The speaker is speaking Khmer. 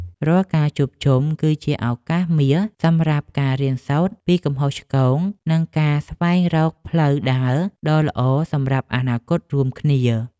រាល់ការជួបជុំ គឺជាឱកាសមាសសម្រាប់ការរៀនសូត្រពីកំហុសឆ្គង និងការស្វែងរកផ្លូវដើរដ៏ល្អសម្រាប់អនាគតរួមគ្នា។